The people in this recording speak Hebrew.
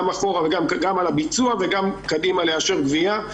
גם על הביצוע וגם קדימה לאשר גבייה,